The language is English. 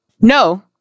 no